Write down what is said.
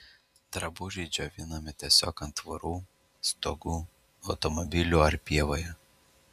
drabužiai džiovinami tiesiog ant tvorų stogų automobilių ar pievoje